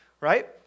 right